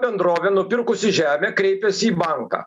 bendrovė nupirkusi žemę kreipiasi į banką